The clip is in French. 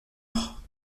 mur